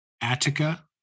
Attica